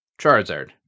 Charizard